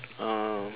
um